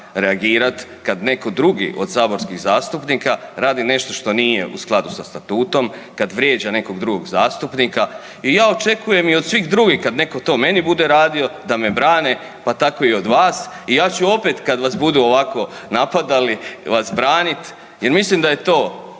kad netko drugi od saborskih zastupnika radi nešto što nije u skladu sa statutom, kad vrijeđa nekog drugog zastupnika i ja očekujem i od svih drugih kad netko to meni bude radio da me brane pa tako i od vas i ja ću opet kad vas budu ovako napadali vas branit jer mislim da je to